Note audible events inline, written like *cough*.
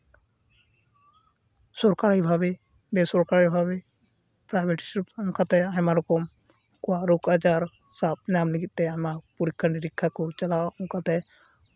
ᱥᱚᱨᱠᱟᱨᱤ ᱵᱷᱟᱵᱮ ᱵᱮᱼᱥᱚᱨᱠᱟᱨᱤ ᱵᱷᱟᱵᱮ ᱯᱨᱟᱭᱵᱷᱮᱴ *unintelligible* ᱟᱭᱢᱟ ᱨᱚᱠᱚᱢ ᱠᱚᱣᱟᱜ ᱨᱳᱜᱽ ᱟᱡᱟᱨ ᱥᱟᱵ ᱧᱟᱢ ᱞᱟᱹᱜᱤᱫᱛᱮ ᱟᱭᱢᱟ ᱯᱚᱨᱤᱠᱠᱷᱟᱼᱱᱤᱨᱤᱠᱠᱷᱟ ᱠᱚ ᱪᱟᱞᱟᱣᱟ ᱚᱱᱠᱟᱛᱮ